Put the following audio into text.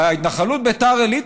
בהתנחלות ביתר עילית,